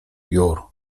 jur